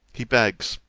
he begs,